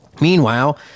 Meanwhile